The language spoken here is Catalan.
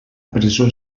presó